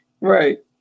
right